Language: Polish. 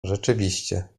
rzeczywiście